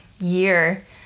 year